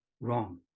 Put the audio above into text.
wrong